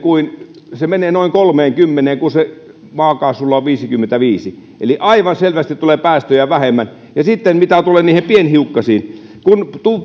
se menee noin kolmeenkymmeneen kun se maakaasulla on viisikymmentäviisi eli aivan selvästi tulee päästöjä vähemmän ja sitten mitä tulee niihin pienhiukkasiin kun